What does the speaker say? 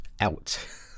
Out